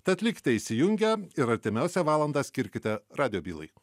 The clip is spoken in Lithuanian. tad likite įsijungę ir artimiausią valandą skirkite radijo bylai